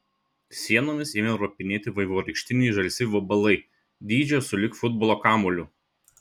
sienomis ėmė ropinėti vaivorykštiniai žalsvi vabalai dydžio sulig futbolo kamuoliu